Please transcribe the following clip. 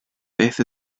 beth